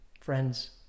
Friends